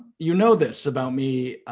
you know this about me,